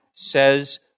says